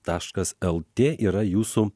taškas lt yra jūsų